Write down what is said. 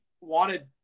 wanted